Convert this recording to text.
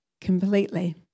completely